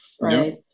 right